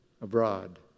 abroad